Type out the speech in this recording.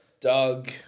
Doug